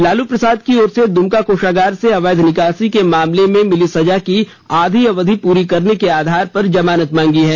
लालू प्रसाद की ओर से दुमका कोषागार से अवैध निकासी के मामले में मिली सजा की आधी अवधि पूरी करने के आधार पर जमानत मांगी है